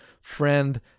friend